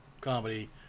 comedy